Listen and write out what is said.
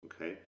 okay